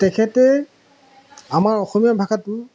তেখেতে আমাৰ অসমীয়া ভাষাটো